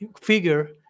figure